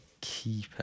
keep